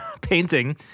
painting